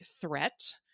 threat